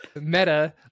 Meta